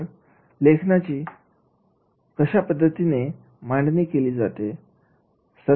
तर लेखनाची कशा पद्धतीने मांडणी केली जाते